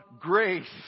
grace